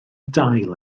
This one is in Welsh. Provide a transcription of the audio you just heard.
dail